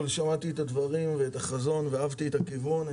שמעתי את הדברים ואת החזון ואהבתי את הכיוון.